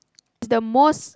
the most